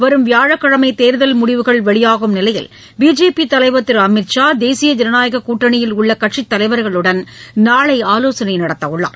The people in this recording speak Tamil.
வரும் வியாழக்கிழமைதேர்தல் முடிவுகள் வெளியாகும் நிலையில் பிஜேபிதலைவர் திருஅமித் ஷா தேசிய ஜனநாயககூட்டணியில் உள்ளகட்சித் தலைவர்களுடன் நாளைஆலோசனைநடத்தஉள்ளார்